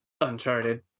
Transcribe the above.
Uncharted